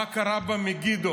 מה קרה במגידו.